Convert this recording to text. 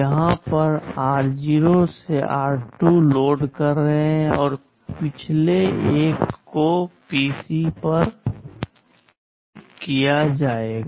यहां आप r0 से r2 लोड कर रहे हैं और पिछले एक को पीसी पर लोड किया जाएगा